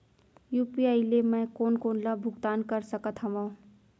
UPI ले मैं कोन कोन ला भुगतान कर सकत हओं?